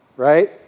right